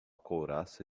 couraça